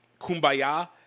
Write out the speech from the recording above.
kumbaya